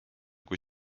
kui